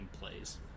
plays